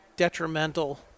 detrimental